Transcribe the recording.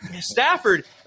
Stafford